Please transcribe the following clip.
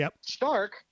Stark